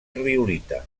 riolita